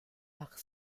part